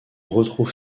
retrouve